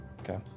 Okay